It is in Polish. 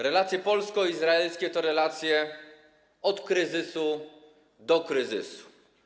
Relacje polsko-izraelskie to relacje od kryzysu do kryzysu.